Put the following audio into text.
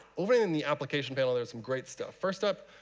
over in the application panel, there's some great stuff. first up,